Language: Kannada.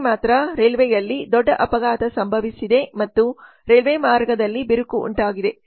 ನಿನ್ನೆ ಮಾತ್ರ ರೈಲ್ವೆಯಲ್ಲಿ ದೊಡ್ಡ ಅಪಘಾತ ಸಂಭವಿಸಿದೆ ಮತ್ತು ರೈಲ್ವೆ ಮಾರ್ಗದಲ್ಲಿ ಬಿರುಕು ಉಂಟಾಗಿದೆ